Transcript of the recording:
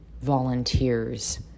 volunteers